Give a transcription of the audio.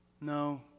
No